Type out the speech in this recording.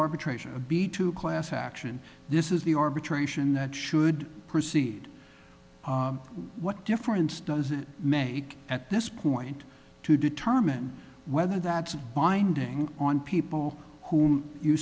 arbitration be two class action this is the arbitration that should proceed what difference does it make at this point to determine whether that's a finding on people who you